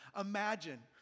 imagine